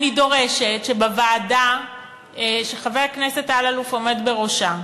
אני דורשת שבוועדה שחבר הכנסת אלאלוף עומד בראשה,